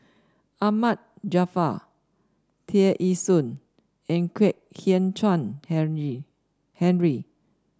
Ahmad Jaafar Tear Ee Soon and Kwek Hian Chuan Henry Henry